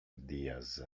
diaz